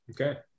Okay